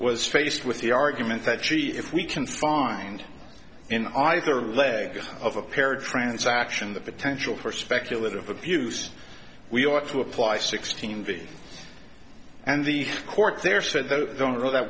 was faced with the argument that gee if we can find in either leg of a pared transaction the potential for speculative abuse we ought to apply sixteen v and the court there said that the owner of that